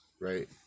right